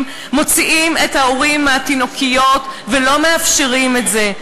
מוציאים את ההורים מהתינוקיות ולא מאפשרים את זה.